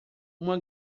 uma